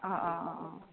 অঁ অঁ অঁ অঁ